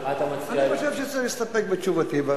אני חושב שאפשר להסתפק בתשובתי.